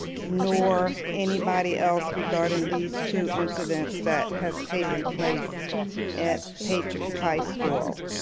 nor anybody else regarding these two incidents that has taken place at patriots high school,